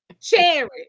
Cherry